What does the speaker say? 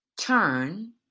turn